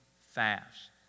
fast